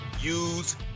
use